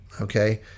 okay